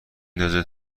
ندازه